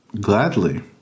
gladly